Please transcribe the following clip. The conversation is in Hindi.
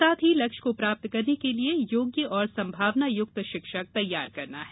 साथ ही लक्ष्य को प्राप्त करने के लिये योग्य और संभावना युक्त शिक्षक तैयार करना है